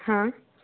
हाँ